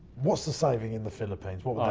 what's the saving in the philippines? what